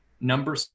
Number